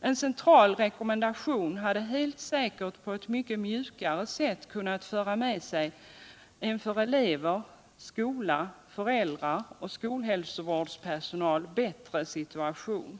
En central rekommendation hade helt säkert på ew mycket mjukare sätt kunnat föra med sig en för elever, skola. föräldrar och skolhälsovårdspersonal bättre situation.